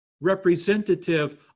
representative